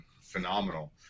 phenomenal